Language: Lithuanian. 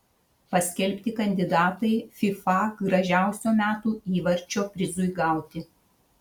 paskelbti kandidatai fifa gražiausio metų įvarčio prizui gauti